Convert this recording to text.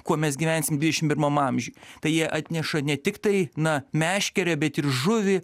kuo mes gyvensim dvidešim pirmam amžiuj tai jie atneša ne tiktai na meškerę bet ir žuvį